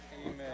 Amen